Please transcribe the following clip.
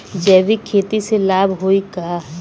जैविक खेती से लाभ होई का?